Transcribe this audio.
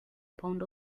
pound